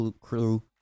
crew